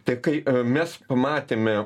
tai kai mes pamatėme